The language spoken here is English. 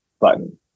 button